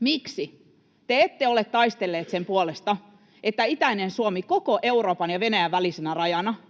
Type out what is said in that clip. miksi te ette ole taistelleet sen puolesta, että itäinen Suomi koko Euroopan ja Venäjän välisenä rajana